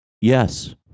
Yes